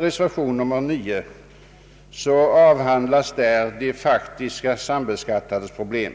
reservationen 9 avhandlas de faktiskt sambeskattades problem.